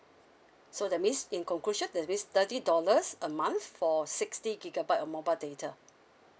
so that means in conclusion that means thirty dollars a month for sixty gigabyte of mobile data